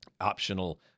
optional